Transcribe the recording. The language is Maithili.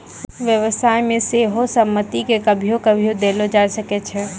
व्यवसाय मे सेहो सहमति के कभियो कभियो देलो जाय सकै छै